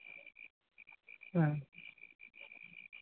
ᱦᱮᱸ